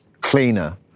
cleaner